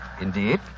Indeed